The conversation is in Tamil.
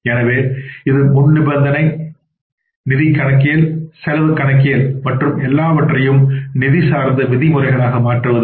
எனவே இது முன்நிபந்தனை நிதி கணக்கியல் செலவு கணக்கியல் மற்றும் எல்லாவற்றையும் நிதி சார்ந்த விதிமுறைகளாக மாற்றுவது